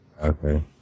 Okay